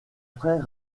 frère